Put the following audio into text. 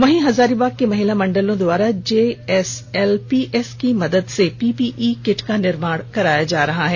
वहीं हजारीबाग की महिला मंडलों द्वारा जेएसएलपीएस की मदद से पीपीई किट का निर्माण कार्य किया जा रहा है